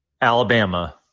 alabama